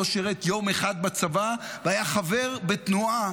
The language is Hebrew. שלא שירת יום אחד בצבא והיה חבר בתנועה